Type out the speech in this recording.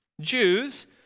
Jews